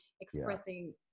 expressing